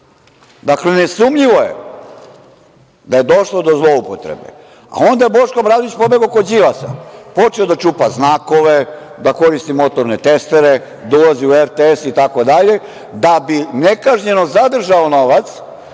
ja. Nesumnjivo je da je došlo do zloupotrebe, a onda je Boško Obradović pobegao kod Đilasa, počeo da čupa znakove, da koristi motorne testere, da ulazi u RTS itd. da bi nekažnjeno zadržao novac